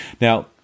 Now